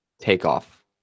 takeoff